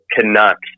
Canucks